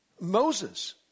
Moses